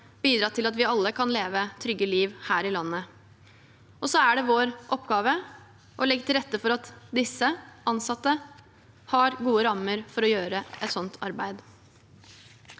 bidra til at vi alle kan leve et trygt liv her i landet. Så er det vår oppgave å legge til rette for at disse ansatte har gode rammer for å gjøre et slikt arbeid.